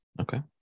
Okay